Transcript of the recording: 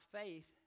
faith